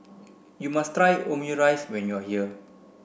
you must try Omurice when you are here